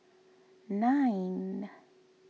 nine